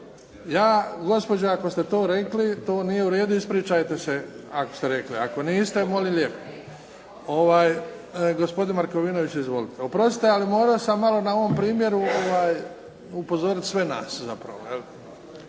vas, gospođo ako ste to rekli to nije u redu, ispričajte se ako ste rekli. Ako niste, molim lijepo. Gospodine Markovinović, izvolite. Oprostite, ali morao sam malo na ovom primjeru upozorit sve nas zapravo.